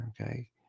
okay